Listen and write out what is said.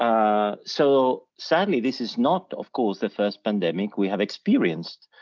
um so sadly, this is not of course the first pandemic we have experienced,